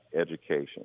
education